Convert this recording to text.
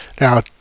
Now